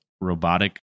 robotic